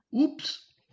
Oops